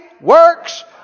works